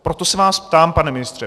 Proto se vás ptám, pane ministře.